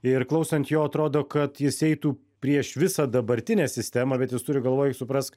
ir klausant jo atrodo kad jis eitų prieš visą dabartinę sistemą bet jis turi galvoj suprask